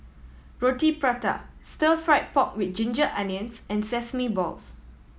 Roti Prata Stir Fried Pork With Ginger Onions and sesame balls